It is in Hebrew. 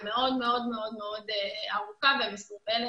היא מאוד מאוד ארוכה ומסורבלת.